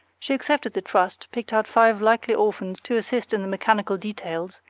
she accepted the trust, picked out five likely orphans to assist in the mechanical details,